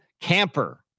Camper